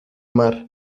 mar